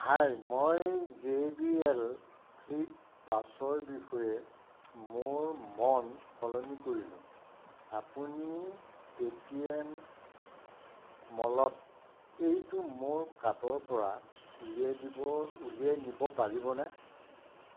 হাই মই JBL flip পাঁচৰ বিষয়ে মোৰ মন সলনি কৰিলোঁ আপুনি পেটিএম মলত এইটো মোৰ কাৰ্টৰপৰা উলিয়াই দিব উলিয়াই নিব পাৰিবনে